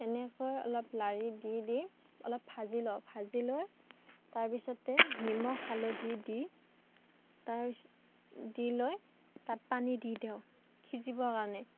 এনেকৈ অলপ লাৰি দি দি অলপ ভাজি লওঁ ভাজি লৈ তাৰ পিছতে নিমখ হালধি দি তাৰপিছত দি লৈ তাত পানী দি দিওঁ সিজিবৰ কাৰণে